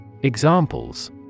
Examples